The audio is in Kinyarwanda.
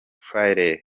friday